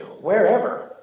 wherever